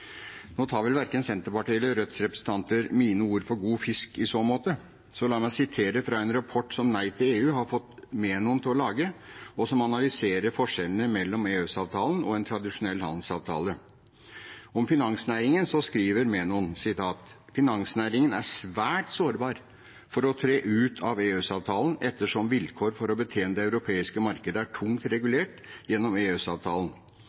Nå tar vel verken Senterpartiet eller Rødts representanter mine ord for god fisk i så måte, så la meg sitere fra en rapport som Nei til EU har fått Menon til å lage, og som analyserer forskjellene mellom EØS-avtalen og en tradisjonell handelsavtale. Om finansnæringen skriver Menon: «Denne næringen er svært sårbar for å tre ut av EØS-avtalen ettersom vilkår for å betjene det europeiske markedet er tungt